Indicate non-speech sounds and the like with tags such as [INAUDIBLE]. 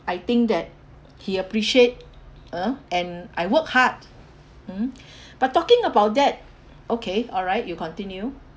I think that he appreciate uh and I work hard mm [NOISE] but talking about that okay all right you continue